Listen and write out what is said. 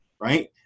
right